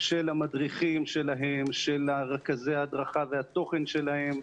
של המדריכים שלהם, של רכזי ההדרכה והתוכן שלהם,